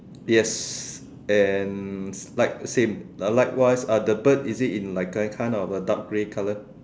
yes and slide same likewise are the bird is it in like kind of a dark grey colour